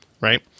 right